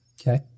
Okay